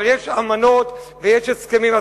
אבל יש אמנות ויש הסכמים.